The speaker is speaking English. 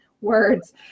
words